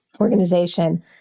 organization